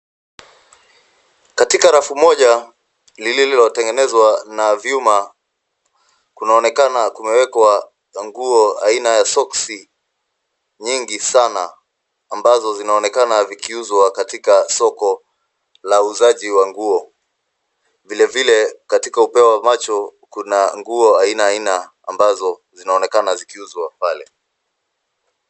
Katika rafu moja lililotengenezwa na vyuma kunaonekana kumewekwa nguo aina ya soksi nyingi sana ambazo zinaonekana vikiuzwa katika soko la uuzaji wa nguo. Vile vile katika upeo wa macho, kuna nguo aina aina ambazo zinaonekena zikiuzwa pale.